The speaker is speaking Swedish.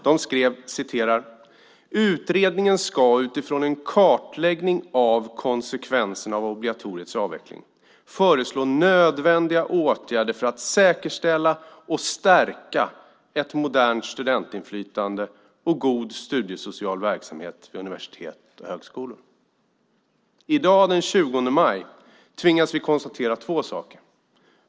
De skrev: Utredningen ska utifrån en kartläggning av konsekvenserna av obligatoriets avveckling föreslå nödvändiga åtgärder för att säkerställa och stärka ett modernt studentinflytande och god studiesocial verksamhet vid universitet och högskolor. I dag den 20 maj tvingas vi konstatera två saker.